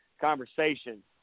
conversation